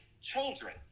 children